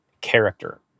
character